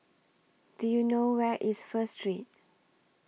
Do YOU know Where IS First Street